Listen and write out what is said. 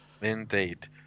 Indeed